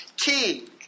king